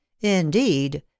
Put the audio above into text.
Indeed